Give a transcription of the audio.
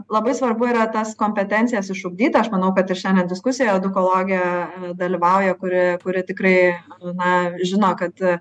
labai svarbu yra tas kompetencijas išugdyti aš manau kad ir šiandien diskusijoje edukologė dalyvauja kuri kuri tikrai na žino kad